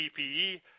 PPE